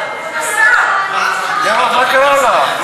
את עולה?